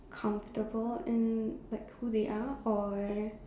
comfortable in like who they are or